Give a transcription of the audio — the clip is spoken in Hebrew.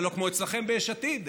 זה לא כמו אצלכם ביש עתיד,